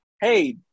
hey